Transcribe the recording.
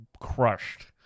crushed